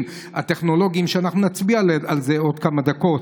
הטכנולוגיים שאנחנו נצביע עליהם עוד כמה דקות,